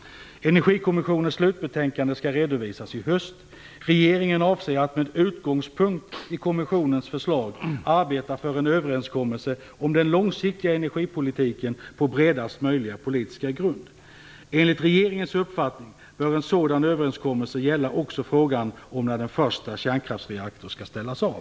Energikommissionens slutbetänkande skall redovisas i höst. Regeringen avser att med utgångspunkt i kommissionens förslag arbeta för en överenskommelse om den långsiktiga energipolitiken på bredast möjliga politiska grund. Enligt regeringens uppfattning bör en sådan överenskommelse gälla också frågan om när den första kärnkraftsreaktorn skall ställas av.